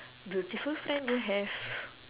beautiful friend you have